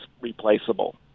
replaceable